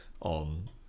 on